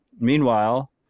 meanwhile